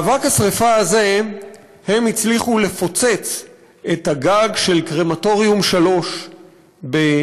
באבק השרפה הזה הם הצליחו לפוצץ את הגג של קרמטוריום 3 באושוויץ,